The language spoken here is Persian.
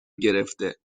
گرفته